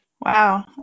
Wow